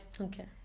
okay